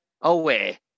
away